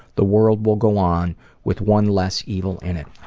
the world will go on with one less evil in it.